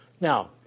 Now